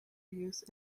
use